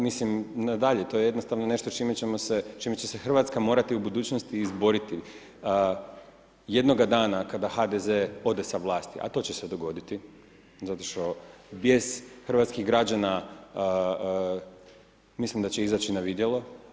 Mislim, nadalje, to je jednostavno nešto s čime će se Hrvatska morati u budućnosti izboriti jednoga dana kada HDZ ode s vlasti a to će se dogoditi, zato što vijest hrvatskih građana, mislim da će izaći na vidjelo.